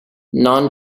non